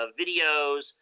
videos